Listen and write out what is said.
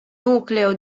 nucleo